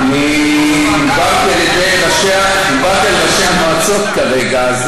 אני דיברתי על ראשי המועצות כרגע,